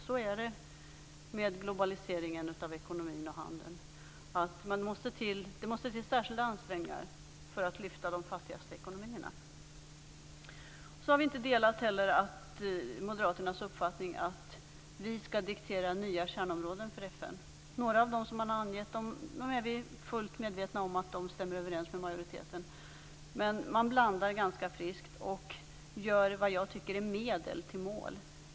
Så är det med globaliseringen av ekonomin och handeln: Det måste till särskilda ansträngningar för att lyfta de fattigaste ekonomierna. Vi har inte heller delat moderaternas uppfattning att Sverige skall diktera nya kärnområden för FN. Några av dem som man har angett stämmer överens med majoriteten; det är vi fullt medvetna om. Men man blandar ganska friskt och gör enligt min mening medel till mål.